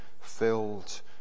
filled